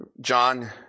John